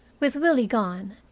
with willie gone,